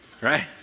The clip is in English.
right